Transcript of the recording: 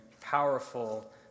powerful